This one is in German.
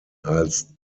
als